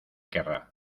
querrá